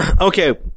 Okay